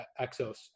Exos